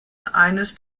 eines